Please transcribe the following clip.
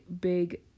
big